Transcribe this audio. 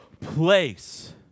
place